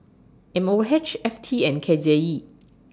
M O H F T and K J E